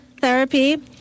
therapy